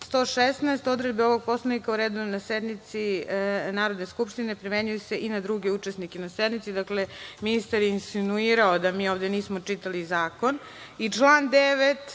116. odredbe ovog Poslovnika, o redu na sednici Narodne skupštine primenjuju se i na druge učesnike na sednici, dakle, ministar je insinuirao da ovde nismo čitali zakon